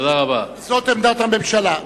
זאת עמדת הממשלה.